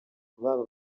baba